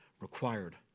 required